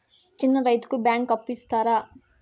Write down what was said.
చిన్న రైతుకు బ్యాంకు అప్పు ఇస్తారా?